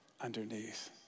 underneath